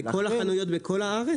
בכל החנויות בכל הארץ?